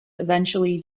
eventually